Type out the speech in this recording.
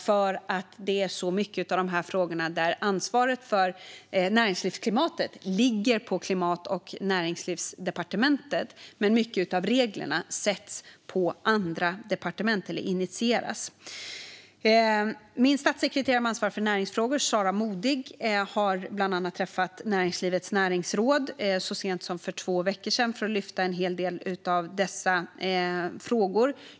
Det är nämligen mycket i dessa frågor där ansvaret för näringslivsklimatet ligger på Klimat och näringslivsdepartementet men där många av reglerna initieras på andra departement. Min statssekreterare med ansvar för näringsfrågor, Sara Modig, har bland annat träffat Näringslivets Regelnämnd så sent som för två veckor sedan för att lyfta en hel del av dessa frågor.